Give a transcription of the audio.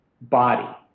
body